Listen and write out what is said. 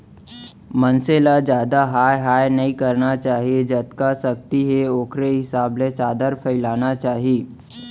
मनसे ल जादा हाय हाय नइ करना चाही जतका सक्ति हे ओखरे हिसाब ले चादर फइलाना चाही